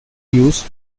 use